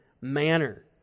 manner